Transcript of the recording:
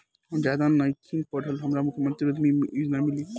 हम ज्यादा नइखिल पढ़ल हमरा मुख्यमंत्री उद्यमी योजना मिली?